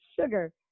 sugar